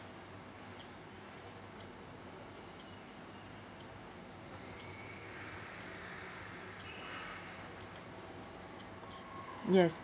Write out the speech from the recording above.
yes